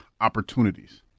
opportunities